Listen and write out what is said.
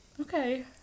Okay